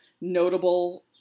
notable